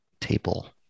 table